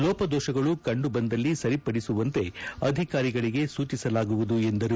ಲೋಪದೋಷಗಳು ಕಂಡುಬಂದಲ್ಲಿ ಸರಿಪದಿಸುವಂತೆ ಅಧಿಕಾರಿಗಳಿಗೆ ಸೂಚಿಸಲಾಗುವುದು ಎಂದರು